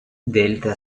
delta